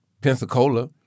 Pensacola